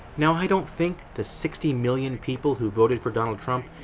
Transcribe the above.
now i don't think the sixty million people who voted for donald trump,